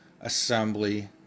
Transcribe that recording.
Assembly